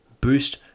boost